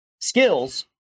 skills –